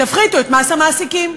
תפחיתו את מס המעסיקים,